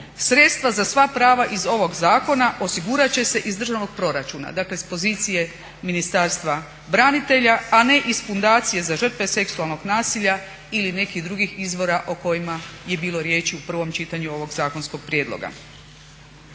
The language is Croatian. sredstva za sva prava iz ovog zakona osigurati će se iz državnog proračuna, dakle iz pozicije Ministarstva branitelja a ne iz fundacije za žrtve seksualnog nasilja ili nekih drugih izvora o kojima je bilo riječi u prvom čitanju ovog zakonskog prijedloga.